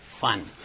fun